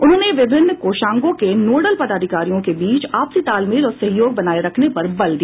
उन्होंने विभिन्न कोषांगों के नोडल पदाधिकारियों के बीच आपसी तालमेल और सहयोग बनाये रखने पर बल दिया